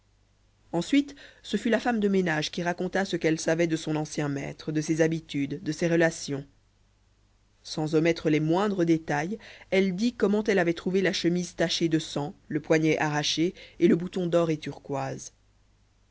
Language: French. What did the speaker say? ensuite ce fut la femme de ménage qui raconta ce qu'elle savait de son ancien maître de ses habitudes de ses relations sans omettre les moindres détails elle dit comment elle avait trouvé la chemise tachée de sang le poignet arraché et le bouton d'or et turquoises